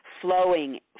flowing